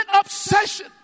obsession